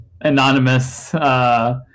anonymous